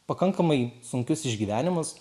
pakankamai sunkius išgyvenimus